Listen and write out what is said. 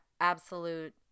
absolute